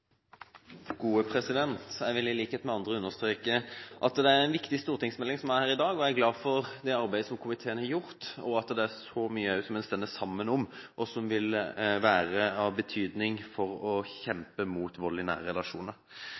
vil i likhet med andre understreke at det er en viktig stortingsmelding som behandles her i dag. Jeg er glad for det arbeidet som komiteen har gjort, at det er så mye som vi også står sammen om, og som vil være av betydning for å bekjempe vold i nære